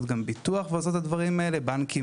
ביטוח ומציעות גם את הדברים האלה; יש בנקים